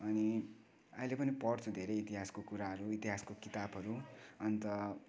अनि अहिले पनि पढ्छु धेरै इतिहासको कुराहरू इतिहासको किताबहरू अन्त